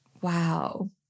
wow